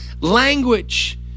language